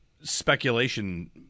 speculation